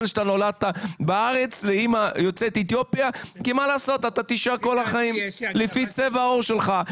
נולדת בארץ לאימא יוצאת אתיופיה כי תישאר כל החיים לפי צבע העור שלך.